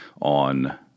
on